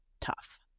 tough